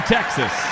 Texas